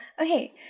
Okay